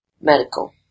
medical